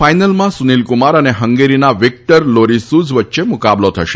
ફાઇનલમાં સુનીલકુમાર અને હંગેરીના વિકટર લોરીસૂઝ વચ્ચે મુકાબલો થશે